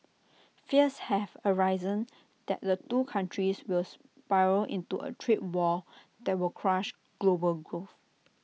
fears have arisen that the two countries will spiral into A trade war that will crush global growth